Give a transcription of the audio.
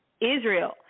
Israel